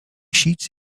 sheets